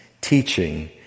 teaching